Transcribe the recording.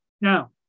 Now